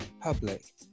public